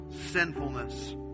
sinfulness